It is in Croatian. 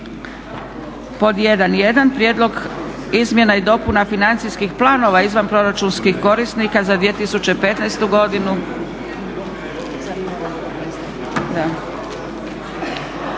1.1.Prijedlog izmjena i dopuna Financijskih planova izvanproračunskih korisnika za 2015. godinu